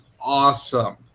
awesome